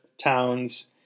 Towns